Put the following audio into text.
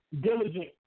diligent